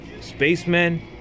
Spacemen